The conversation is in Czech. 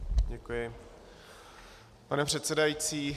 Děkuji, pane předsedající.